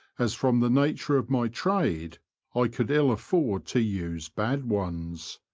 as from the nature of my trade i could ill afford to use bad ones.